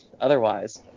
otherwise